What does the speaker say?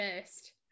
first